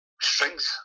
strings